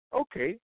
Okay